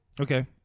Okay